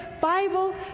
Bible